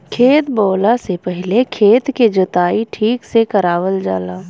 खेत बोवला से पहिले खेत के जोताई ठीक से करावल जाला